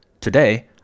Today